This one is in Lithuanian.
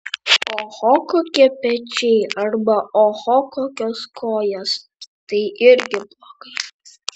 oho kokie pečiai arba oho kokios kojos tai irgi blogai